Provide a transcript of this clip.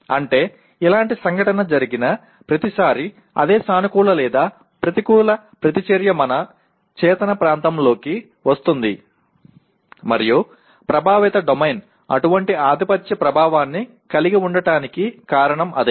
అంటే ఇలాంటి సంఘటన జరిగిన ప్రతిసారీ అదే సానుకూల లేదా ప్రతికూల ప్రతిచర్య మన చేతన ప్రాంతంలోకి వస్తుంది మరియు ప్రభావిత డొమైన్ అటువంటి ఆధిపత్య ప్రభావాన్ని కలిగి ఉండటానికి కారణం అదే